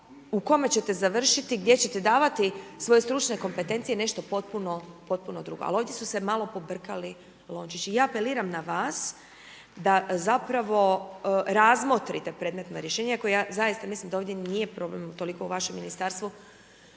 u kome ćete završiti gdje ćete davati svoje stručne kompetencije je nešto potpuno drugo ali ovdje su se malo pobrkali lončići. Ja apeliram na vas da zapravo razmotrite predmetna rješenja koja, iako ja zaista mislim da ovdje nije problem utoliko u vašem ministarstvu